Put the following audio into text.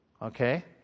Okay